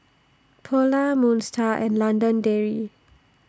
Polar Moon STAR and London Dairy